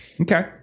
Okay